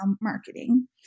marketing